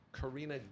Karina